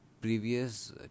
previous